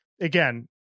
again